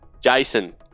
Jason